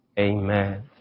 Amen